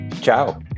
Ciao